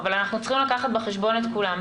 אבל אנחנו צריכים לקחת בחשבון את כולם.